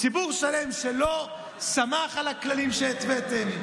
ציבור שלם שלא סמך על הכללים שהתוויתם.